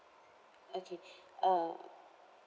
okay uh